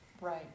Right